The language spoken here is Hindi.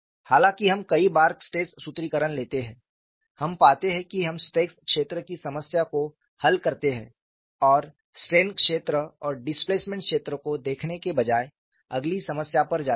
हालांकि हम कई बार स्ट्रेस सूत्रीकरण लेते हैं हम पाते हैं कि हम स्ट्रेस क्षेत्र की समस्या को हल करते हैं और स्ट्रेन क्षेत्र और डिस्प्लेसमेंट क्षेत्र को देखने के बजाय अगली समस्या पर जाते हैं